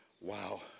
Wow